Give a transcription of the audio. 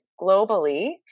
globally